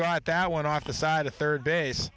guy that went off the side of third base